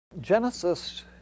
Genesis